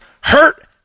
hurt